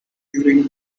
during